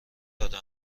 داده